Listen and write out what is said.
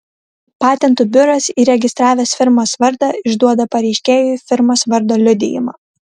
patentų biuras įregistravęs firmos vardą išduoda pareiškėjui firmos vardo liudijimą